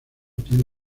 tiene